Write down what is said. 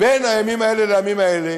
בין הימים האלה לימים האלה